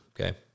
Okay